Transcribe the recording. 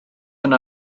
yna